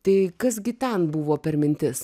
tai kas gi ten buvo per mintis